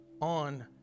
on